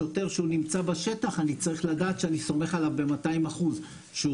שוטר שהוא נמצא בשטח אני צריך לדעת שאני סומך עליו ב-200% שהוא